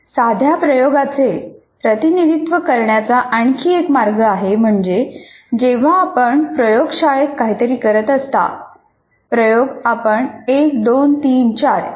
साध्या प्रयोगाचे प्रतिनिधित्व करण्याचा आणखी एक मार्ग आहे म्हणजे जेव्हा आपण प्रयोगशाळेत काहीतरी करत असता प्रयोग आपण 1 2 3 4 इ